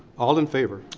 all in favor?